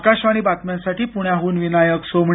आकाशवाणी बातम्यांसाठी पुण्याहून विनायक सोमणी